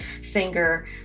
singer